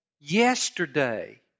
Yesterday